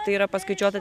tai yra paskaičiuota